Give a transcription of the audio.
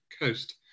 Coast